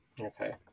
okay